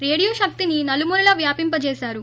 radio శక్తిని నలుమూలలా వ్యాపింపచేశారు